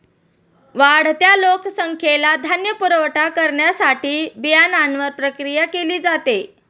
वाढत्या लोकसंख्येला धान्य पुरवठा करण्यासाठी बियाण्यांवर प्रक्रिया केली जाते